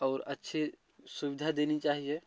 और अच्छी सुविधा देनी चाहिए